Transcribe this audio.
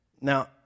Now